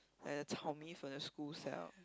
like the chao-mee-fen the school sell